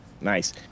Nice